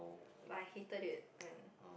but I hated it when